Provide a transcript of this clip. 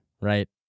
right